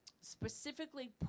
specifically